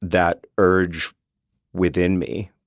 that urge within me.